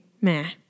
meh